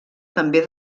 també